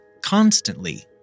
constantly